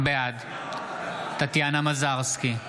בעד טטיאנה מזרסקי,